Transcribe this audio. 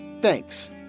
Thanks